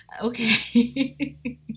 Okay